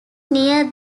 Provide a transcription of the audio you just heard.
near